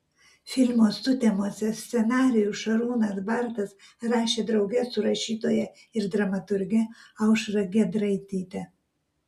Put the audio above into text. filmo sutemose scenarijų šarūnas bartas rašė drauge su rašytoja ir dramaturge aušra giedraityte